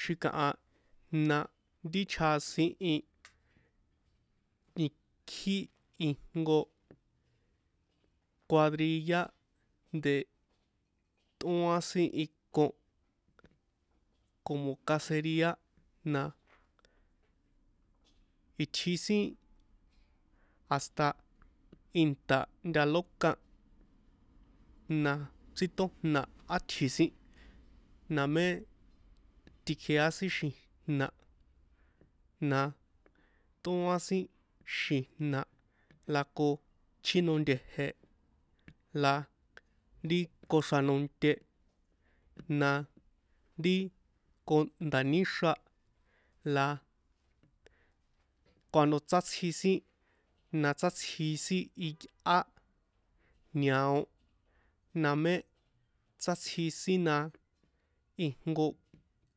Xi̱kaha na ri chjasin i ikjí ijnko cuadrilla de tꞌoan sin iko como caceria na itji sin hasta inta ntalókan na chrítójna̱ sátsji̱ sin na mé tikjea sin xíjna̱ na tóan sin xi̱jna̱ la ko chíno nte̱je̱ la ri koxra̱nonte na ri konda̱níxra la cuando sátsjixin na sătsji sin iyꞌá ñao na mé sátsji sin na ijnko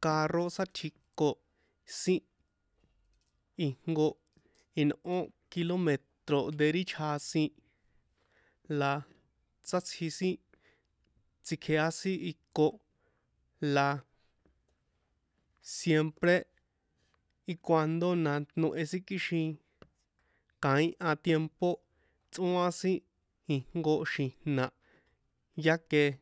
carro sátsjiko sin ijnko inꞌó kilómetro de ri chjasin la sátsji sin tsikjea sin iko la siempre y cuando na nohe sin kaíha tiempo tsꞌóan sin ijnko xi̱jna̱ ya que